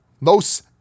Los